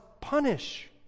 punish